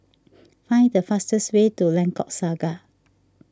find the fastest way to Lengkok Saga